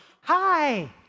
hi